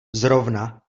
zrovna